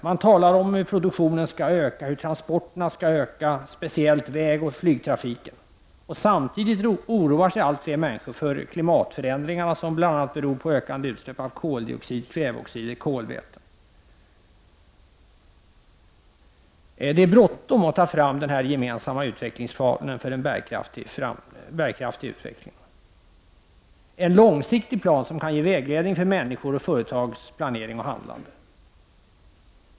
Man talar om hur produktionen skall öka, hur antalet transporter skall öka, speciellt vägoch flygtrafiken. Samtidigt oroar sig allt fler människor för klimatförändringarna som bl.a. beror på ökande utsläpp av koldioxid, kväveoxid och kolväten. Det är bråttom att ta fram den här gemensamma utvecklingsplanen för en bärkraftig utveckling. Det behövs en långsiktig plan som kan ge vägledning för människors och företags planering och handlande.